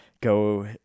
go